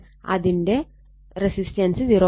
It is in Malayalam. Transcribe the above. അതിന്റ അതിന്റെ റെസിസ്റ്റൻസ് 0